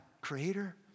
creator